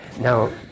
Now